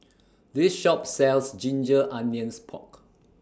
This Shop sells Ginger Onions Pork